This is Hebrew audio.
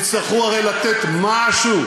יצטרכו הרי לתת משהו,